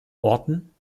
orten